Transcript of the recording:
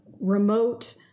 remote